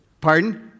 Pardon